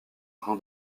train